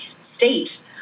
state